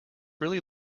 really